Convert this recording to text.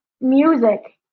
music